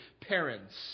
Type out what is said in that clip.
parents